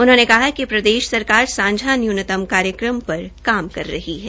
उन्होंने कहा कि प्रदेश सरकार सांझा न्यूनतम कायर्क्रम पर काम कर रही है